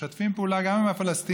והם משתפים פעולה גם עם הפלסטינים,